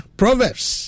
proverbs